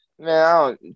Man